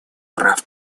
прав